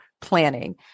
planning